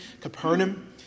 Capernaum